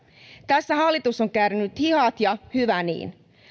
tässä hallitus on käärinyt hihat ja hyvä niin